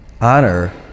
Honor